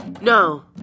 No